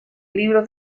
libros